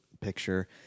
picture